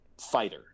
Fighter